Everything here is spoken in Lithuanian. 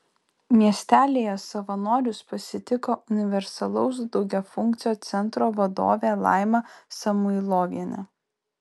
miestelyje savanorius pasitiko universalaus daugiafunkcio centro vadovė laima samuilovienė